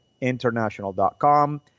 international.com